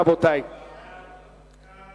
רבותי, אם כן, גם